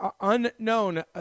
unknown